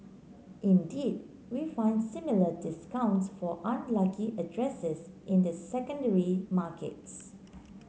indeed we find similar discounts for unlucky addresses in the secondary markets